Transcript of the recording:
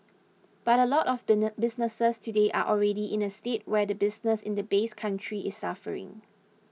but a lot of businesses today are already in a state where the business in the base country is suffering